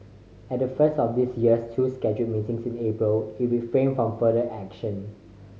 at the first of this year's two scheduled meetings in April it refrained from further action